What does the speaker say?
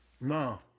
No